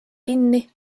kinni